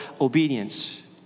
obedience